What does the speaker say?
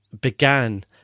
began